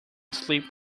sleep